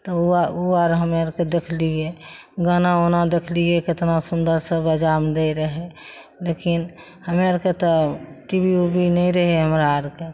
तऽ उ अर उ अर हमे अरके देखलियै गाना बाना देखलियै केतना सुन्दरसँ बाजामे दै रहय लेकिन हमे अरके तऽ टी वी उबी नहि रहय हमरा आओर के